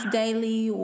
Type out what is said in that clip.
daily